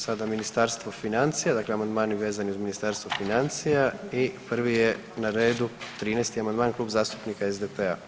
Sada Ministarstvo financija, dakle amandmani vezani uz Ministarstvo financija i prvi je na redu 13 amandman Klub zastupnika SDP-a.